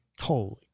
Holy